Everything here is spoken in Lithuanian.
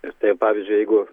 ir tai pavyzdžiui jeigu